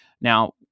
Now